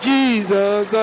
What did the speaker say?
Jesus